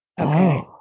okay